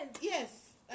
yes